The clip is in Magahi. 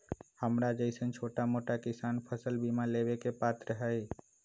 हमरा जैईसन छोटा मोटा किसान फसल बीमा लेबे के पात्र हई?